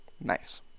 Nice